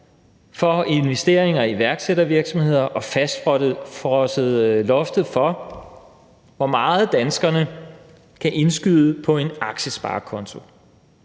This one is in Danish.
for investeringer i iværksættervirksomheder og fastfrosset loftet for, hvor meget danskerne kan indskyde på en aktiesparekonto.